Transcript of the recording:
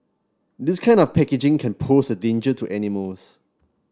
this kind of packaging can pose a danger to animals